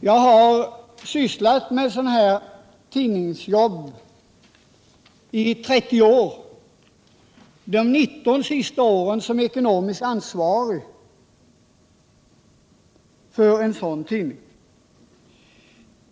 Jag har sysslat med tidningsarbete i 30 år, de senaste 19 åren som ekonomiskt ansvarig för en liten tidning.